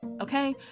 Okay